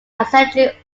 eccentric